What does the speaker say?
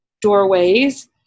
doorways